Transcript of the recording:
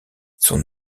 son